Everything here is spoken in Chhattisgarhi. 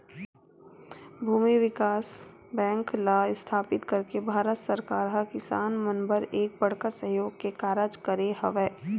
भूमि बिकास बेंक ल इस्थापित करके भारत सरकार ह किसान मन बर एक बड़का सहयोग के कारज करे हवय